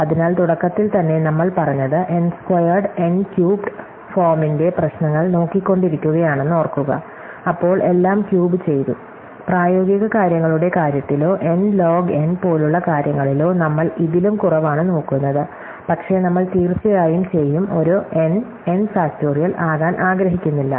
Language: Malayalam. അതിനാൽ തുടക്കത്തിൽ തന്നെ നമ്മൾ പറഞ്ഞത് N സ്ക്വയേർഡ് N ക്യൂബ്ഡ് ഫോമിന്റെ പ്രശ്നങ്ങൾ നോക്കിക്കൊണ്ടിരിക്കുകയാണെന്ന് ഓർക്കുക അപ്പോൾ എല്ലാം ക്യൂബ് ചെയ്തു പ്രായോഗിക കാര്യങ്ങളുടെ കാര്യത്തിലോ എൻ ലോഗ് എൻ പോലുള്ള കാര്യങ്ങളിലോ നമ്മൾ ഇതിലും കുറവാണ് നോക്കുന്നത് പക്ഷേ നമ്മൾ തീർച്ചയായും ചെയ്യും ഒരു N N ഫാക്റ്റോറിയൽ ആകാൻ ആഗ്രഹിക്കുന്നില്ല